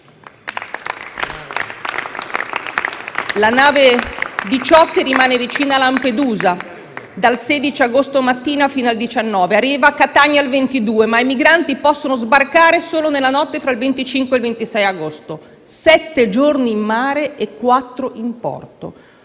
La nave Diciotti rimane vicina a Lampedusa dal 16 agosto mattina fino al 19 e arriva a Catania il 22, ma i migranti possono sbarcare solo nella notte tra il 25 e il 26 agosto: sette giorni in mare e quattro in porto